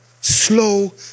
slow